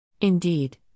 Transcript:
Indeed